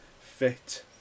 fit